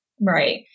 Right